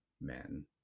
men